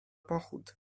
pochód